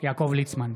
יעקב ליצמן,